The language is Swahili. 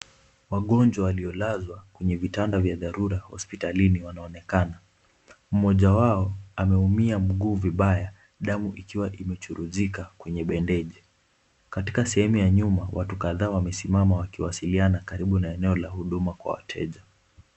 Wagonjwa waliolazwa kwenye vitanda vya dharura hospitalini wanaonekana, mmoja wao ameumia mikuu vibaya damu ikiwa imechuruzika kwenye bendeji katika sehemu ya nyuma watu kadhaa wamesimama wakiwasiliana karibu na eneo la huduma kuwa wateja.